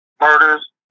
murders